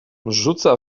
rzuca